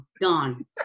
gone